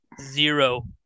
Zero